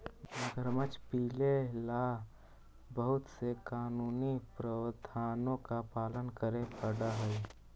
मगरमच्छ पीले ला बहुत से कानूनी प्रावधानों का पालन करे पडा हई